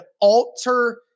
alter